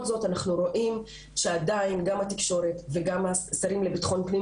זאת אנחנו רואים שעדיין גם התקשורת וגם השרים לביטחון פנים